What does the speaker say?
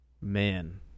Man